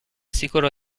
sicuro